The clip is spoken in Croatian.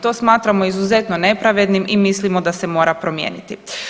To smatramo izuzetno nepravednim i mislimo da se mora promijeniti.